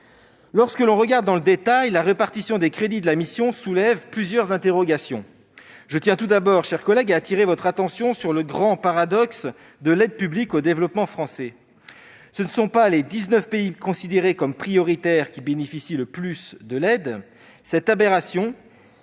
examine les chiffres dans le détail, la répartition des crédits de la mission soulève plusieurs interrogations. Je tiens tout d'abord, chers collègues, à appeler votre attention sur le grand paradoxe de l'aide publique au développement française : ce ne sont pas les dix-neuf pays considérés comme prioritaires qui bénéficient le plus de l'aide. Cette aberration